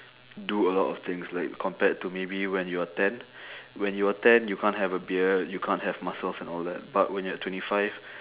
do a lot of things like compared to maybe when you are ten when you are ten you can't have a beard you can't have muscles and all that but when you are twenty five